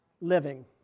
Living